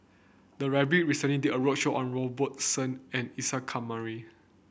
the library recently did a roadshow on Robert Soon and Isa Kamari